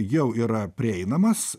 jau yra prieinamas